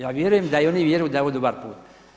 Ja vjerujem da i oni vjeruju da je ovo dobar put.